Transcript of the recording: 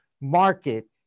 market